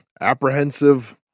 apprehensive